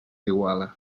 iguala